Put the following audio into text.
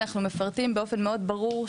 אנחנו מפרטים באופן מאוד ברור,